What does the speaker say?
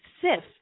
sift